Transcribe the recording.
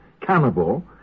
cannibal